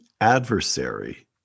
adversary